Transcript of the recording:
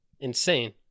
insane